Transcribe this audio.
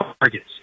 targets